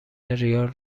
ریال